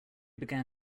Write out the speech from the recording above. began